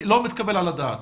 לא מתקבל על הדעת,